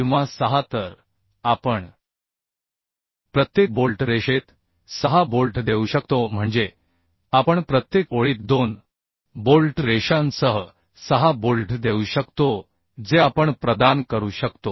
किंवा 6 तर आपण प्रत्येक बोल्ट रेषेत 6 बोल्ट देऊ शकतो म्हणजे आपण प्रत्येक ओळीत 2 बोल्ट रेषांसह 6 बोल्ट देऊ शकतो जे आपण प्रदान करू शकतो